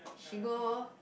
she go